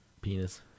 penis